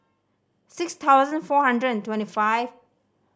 six thousand four hundred and twenty five